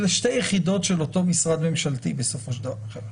אלה שתי יחידות של אותו משרד ממשלתי בסופו של דבר.